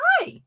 hi